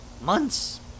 months